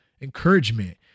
encouragement